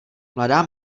mladá